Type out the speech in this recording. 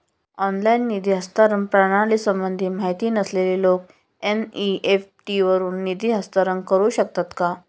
Online निधी हस्तांतरण प्रणालीसंबंधी माहिती नसलेले लोक एन.इ.एफ.टी वरून निधी हस्तांतरण करू शकतात का?